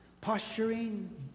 posturing